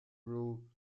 rule